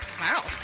wow